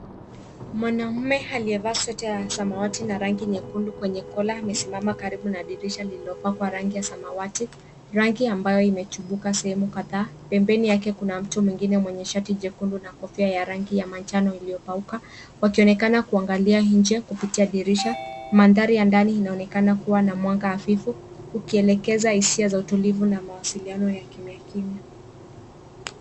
Mwanaume alievaa sweta ya samawati na rangi nyekundu kwenye kola amesimama karibu na dirisha lilopakwa rangi ya samawati rangi ambayo imechubuka sehemu kadhaa. Pembeni yake kuna mtu mwingine mwenye shati jekundu na kofia ya rangi ya manjano iliopauka wakionekana kuangalia inje kupitia dirisha. Mandhari ya ndani inaonekana kuwa na mwanga hafifu ukielekeza hisia za utulivu na mausiliano ya kimia kimia.